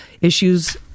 issues